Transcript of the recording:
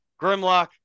Grimlock